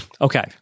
Okay